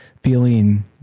feeling